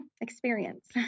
experience